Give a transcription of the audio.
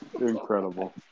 Incredible